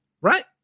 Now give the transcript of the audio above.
right